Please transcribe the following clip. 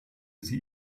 sie